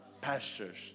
pastures